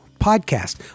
podcast